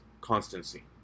constancy